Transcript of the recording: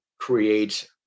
creates